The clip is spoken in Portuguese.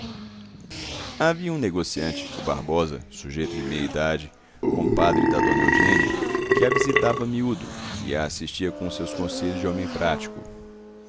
havia um negociante o barbosa sujeito de meia idade compadre da dona eugênia que a visitava miúdo e a assistia com os seus conselhos de homem prático